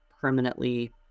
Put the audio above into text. permanently